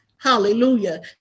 hallelujah